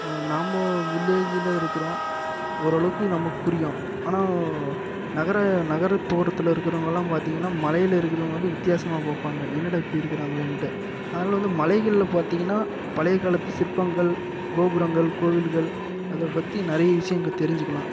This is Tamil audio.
நாம்ப வில்லேஜில் இருக்கறோம் ஓரளவுக்கு நமக்கு புரியும் ஆனால் நகர நகருப்புறத்துல இருக்கிறவங்கள்லாம் பார்த்தீங்கன்னா மலையில் இருக்கிறவங்க வந்து வித்யாசமாக பார்ப்பாங்க என்னடா இப்படி இருக்கிறாங்களேன்ட்டு அதனால் வந்து மலைகளில் பார்த்தீங்கன்னா பழைய காலத்து சிற்பங்கள் கோபுரங்கள் கோவில்கள் அதை பற்றி நிறைய விஷயம் அங்கே தெரிஞ்சுக்கலாம்